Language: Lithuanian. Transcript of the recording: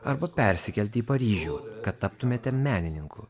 arba persikelti į paryžių kad taptumėte menininku